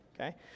okay